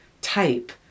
type